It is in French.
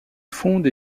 fonde